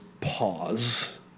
pause